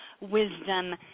wisdom